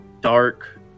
dark